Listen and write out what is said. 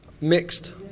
mixed